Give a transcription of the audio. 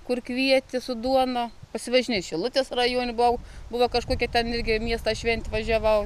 kur kvietė su duona pasivažinėju šilutės rajone buvau buvo kažkokia ten irgi miesto šventė važiavau